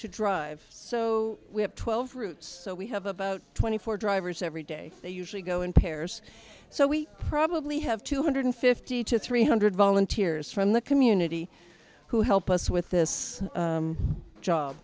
to drive so we have twelve routes so we have about twenty four drivers every day that usually go in pairs so we probably have two hundred fifty to three hundred volunteers from the community who help us with this